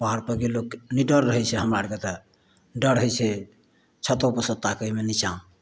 पहाड़ परके लोक निडर रहै छै हमरा आओरके तऽ डर होइ छै छतो परसे ताकैमे निच्चाँ